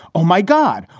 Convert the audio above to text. oh, my god,